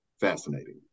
fascinating